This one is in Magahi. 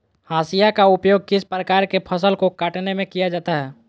हाशिया का उपयोग किस प्रकार के फसल को कटने में किया जाता है?